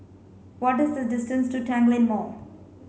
what is the distance to Tanglin Mall